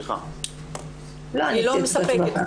לא, היא לא מספקת.